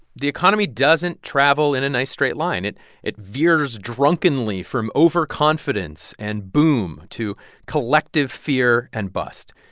the economy doesn't travel in a nice straight line. it it veers drunkenly from overconfidence and boom to collective fear and bust.